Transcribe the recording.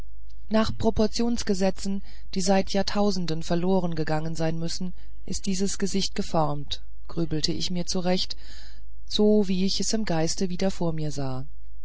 nach proportionsgesetzen die seit jahrtausenden verloren gegangen sein müssen ist dieses gesicht geformt grübelte ich mir zurecht wie ich es so im geiste wieder vor mir sah